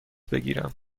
بگیرم